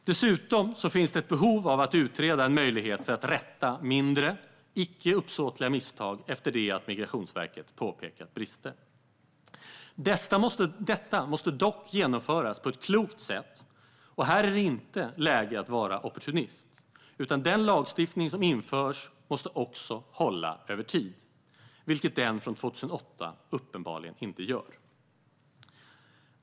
Dessutom finns det ett behov av att utreda en möjlighet till att rätta mindre, icke uppsåtliga misstag efter det att Migrationsverket påpekat brister. Detta måste dock genomföras på ett klokt sätt, och här är det inte läge att vara opportunist. Den lagstiftning som införs måste också hålla över tid, vilket den från 2008 uppenbarligen inte gör.